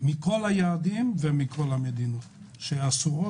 מכל היעדים ומכל המדינות האסורות.